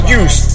use